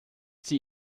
sie